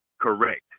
Correct